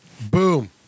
Boom